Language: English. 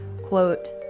quote